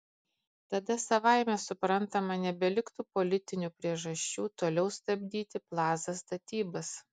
tada savaime suprantama nebeliktų politinių priežasčių toliau stabdyti plaza statybas